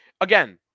Again